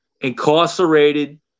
incarcerated